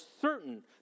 certain